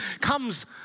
comes